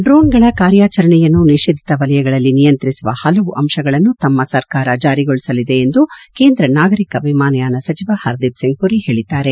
ಡ್ರೋಣ್ಗಳ ಕಾರ್ನಾಚರಣೆಯನ್ನು ನಿಷೇಧಿತ ವಲಯಗಳಲ್ಲಿ ನಿಯಂತ್ರಿಸುವ ಹಲವು ಅಂಶಗಳನ್ನು ತಮ್ಮ ಸರ್ಕಾರ ಜಾರಿಗೊಳಿಸಲಿದೆ ಎಂದು ಕೇಂದ್ರ ನಾಗರಿಕ ವಿಮಾನಯಾನ ಸಚಿವ ಹರ್ದೀಪ್ಸಿಂಗ್ ಪುರಿ ಹೇಳಿದ್ದಾರೆ